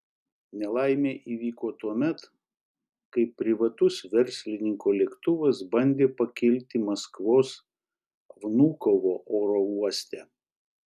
nelaimė įvyko tuomet kai privatus verslininko lėktuvas bandė pakilti maskvos vnukovo oro uoste